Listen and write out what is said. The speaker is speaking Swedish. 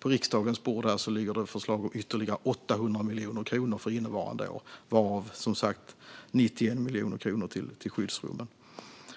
På riksdagens bord ligger det förslag om ytterligare 800 miljoner kronor för innevarande år, varav 91 miljoner till skyddsrum.